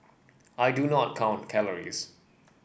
I do not count calories